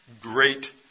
great